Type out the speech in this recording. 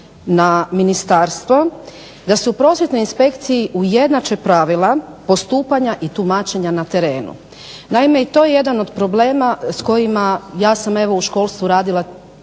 na ministarstvo da se u prosvjetnoj inspekciji ujednače pravila postupanja i tumačenja na terenu. Naime i to jedan od problema s kojima ja sam evo u školstvu radila